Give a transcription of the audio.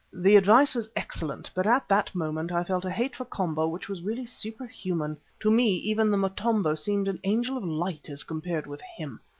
the advice was excellent, but at that moment i felt a hate for komba which was really superhuman. to me even the motombo seemed an angel of light as compared with him.